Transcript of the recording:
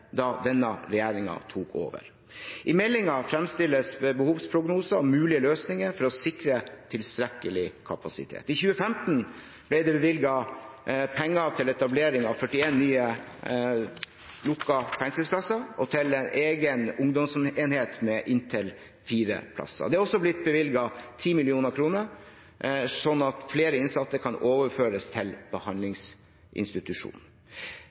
da denne regjeringen tok over. I meldingen framstilles behovsprognoser og mulige løsninger for å sikre tilstrekkelig kapasitet. I 2015 ble det bevilget penger til etablering av 41 nye lukkede fengselsplasser og til en egen ungdomsenhet med inntil fire plasser. Det er også blitt bevilget 10 mill. kr, slik at flere innsatte kan overføres til